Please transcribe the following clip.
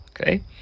okay